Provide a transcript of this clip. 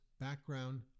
background